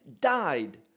died